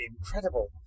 incredible